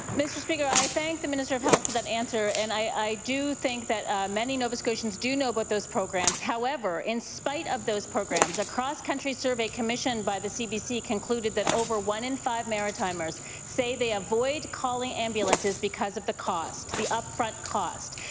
mr. speaker, i thank the minister of health for that answer. and i do think that many nova scotians do know about but those programs however, in spite of those programs, across country survey commissioned by the cbc conclude that had over one in five maritimers say they avoid calling ambulances because of the cost, the upfront cost.